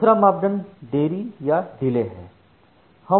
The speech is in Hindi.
दूसरा मापदंड देरी या डिले है